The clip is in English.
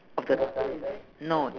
of the no